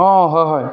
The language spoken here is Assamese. অঁ হয় হয়